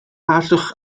allwch